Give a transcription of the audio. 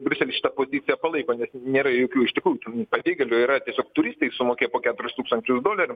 briuselis šitą poziciją palaiko nes nėra jokių iš tikrųjų ten pabėgėlių yra tiesiog turistai sumokėję po keturis tūkstančius dolerių